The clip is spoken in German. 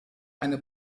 eine